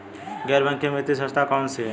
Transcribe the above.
गैर बैंकिंग वित्तीय संस्था कौन कौन सी हैं?